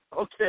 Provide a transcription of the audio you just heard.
Okay